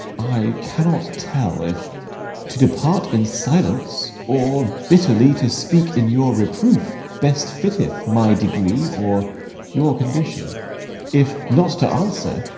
i cannot tell if to depart in silence or bitterly to speak in your reproof best fitteth my degree or your condition if not to answer,